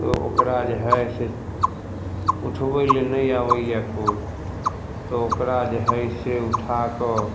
तऽ ओकरा जे हइ से उठबइ लए नहि आबइए कोइ तऽ ओकरा जे हइ से उठाकऽ